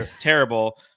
terrible